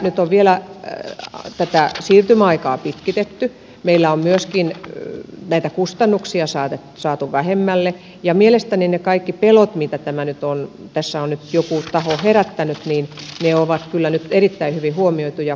nyt on vielä tätä siirtymäaikaa pitkitetty meillä on myöskin näitä kustannuksia saatu vähemmälle ja mielestäni ne kaikki pelot joita tässä nyt on joku taho herättänyt on kyllä nyt erittäin hyvin huomioitu